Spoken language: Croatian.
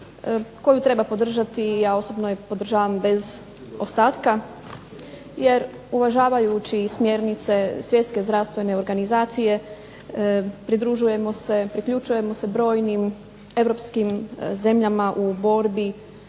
koju treba podržati i ja osobno je podržavam bez ostatka jer uvažavajući smjernice Svjetske zdravstvene organizacije priključujemo se brojnim europskim zemljama u borbi